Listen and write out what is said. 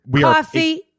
Coffee